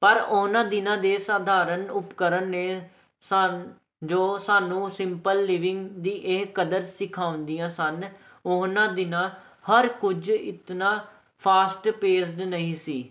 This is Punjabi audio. ਪਰ ਉਹਨਾਂ ਦਿਨਾਂ ਦੇ ਸਾਧਾਰਨ ਉਪਕਰਨ ਨੇ ਸਨ ਜੋ ਸਾਨੂੰ ਸਿੰਪਲ ਲਿਵਿੰਗ ਦੀ ਇਹ ਕਦਰ ਸਿਖਾਉਦੀਆਂ ਸਨ ਉਹਨਾਂ ਦਿਨਾਂ ਹਰ ਕੁਝ ਇੰਨਾ ਫਾਸਟ ਪੇਸਡ ਨਹੀਂ ਸੀ